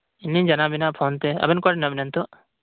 ᱤᱧᱫᱚᱧ ᱡᱟᱱᱟᱣ ᱵᱮᱱᱟ ᱯᱷᱳᱱ ᱛᱮ ᱟᱵᱮᱱ ᱚᱠᱟᱨᱮ ᱢᱮᱱᱟᱜ ᱵᱮᱱᱟ ᱱᱤᱛᱚᱜ